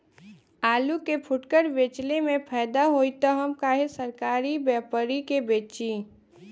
आलू के फूटकर बेंचले मे फैदा होई त हम काहे सरकारी व्यपरी के बेंचि?